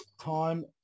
time